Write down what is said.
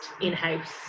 in-house